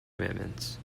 commitments